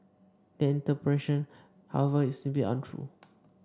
that interpretation however is simply untrue